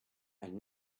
and